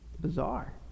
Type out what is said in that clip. Bizarre